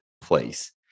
place